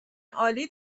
عالی